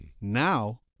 Now